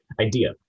idea